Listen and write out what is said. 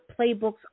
playbooks